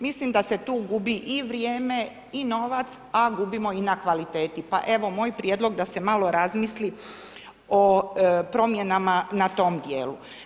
Mislim da se tu gubi i vrijeme i novac a gubimo i na kvaliteti pa evo moj prijedlog da se malo razmisli o promjenama na tom djelu.